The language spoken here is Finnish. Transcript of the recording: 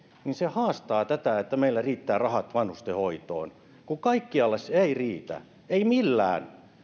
haastaa tätä että meillä riittävät rahat vanhustenhoitoon kun kaikkialle ei riitä ei millään